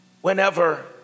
whenever